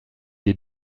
des